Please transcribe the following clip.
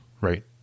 right